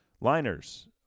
liners